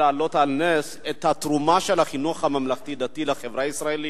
ולהעלות על נס את התרומה של החינוך הממלכתי-דתי לחברה הישראלית,